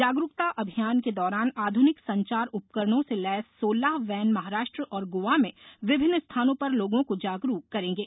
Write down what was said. जागरूकता अभियान के दौरान आधुनिक संचार उपकरणों से लैस सोलह वैन महाराष्ट्र और गोवा में विभिन्न स्थानों पर लोगों को जागरूक करेंगे